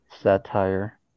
Satire